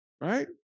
Right